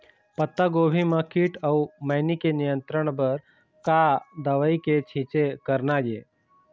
पत्तागोभी म कीट अऊ मैनी के नियंत्रण बर का दवा के छींचे करना ये?